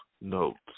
Notes